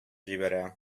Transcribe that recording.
җибәрә